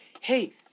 hey